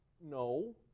no